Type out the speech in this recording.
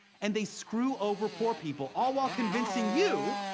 and they screw over poor people, all while convincing you,